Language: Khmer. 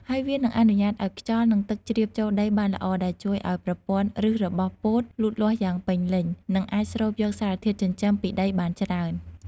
ហើយវានឹងអនុញ្ញាតឱ្យខ្យល់ និងទឹកជ្រាបចូលដីបានល្អ ដែលជួយឱ្យប្រព័ន្ធឫសរបស់ពោតលូតលាស់យ៉ាងពេញលេញ និងអាចស្រូបយកសារធាតុចិញ្ចឹមពីដីបានច្រើន។